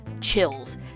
chills